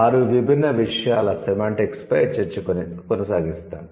ఆరు విభిన్న విషయాల సెమాంటిక్స్ పై చర్చ కొనసాగిస్తాను